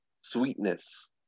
sweetness